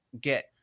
get